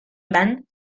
ivan